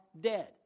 dead